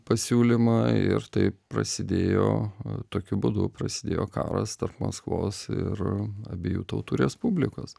pasiūlymą ir taip prasidėjo tokiu būdu prasidėjo karas tarp maskvos ir abiejų tautų respublikos